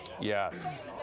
Yes